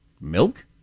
Milk